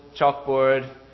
chalkboard